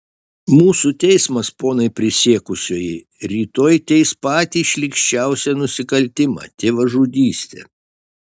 mūsų teismas ponai prisiekusieji rytoj teis patį šlykščiausią nusikaltimą tėvažudystę